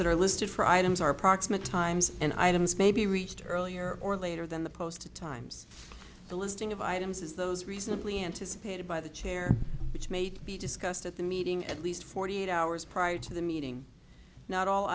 that are listed for items are approximate times and items may be reached earlier or later than the post the times the listing of items is those recently anticipated by the chair which may be discussed at the meeting at least forty eight hours prior to the meeting not all